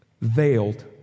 veiled